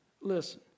Listen